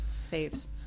Saves